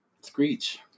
screech